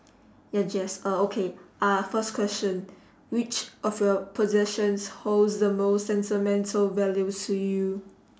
ya jace uh okay ah first question which of your possessions holds the most sentimental value to you